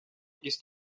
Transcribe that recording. ist